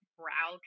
brow